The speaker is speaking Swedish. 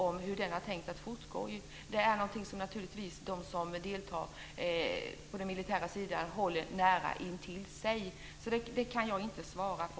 Det är naturligtvis någonting som de som deltar på den militära sidan håller nära intill sig. Det kan jag inte svara på,